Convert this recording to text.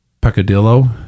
peccadillo